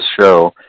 show